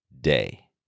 day